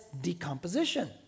decomposition